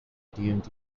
tnt